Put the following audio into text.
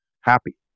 happy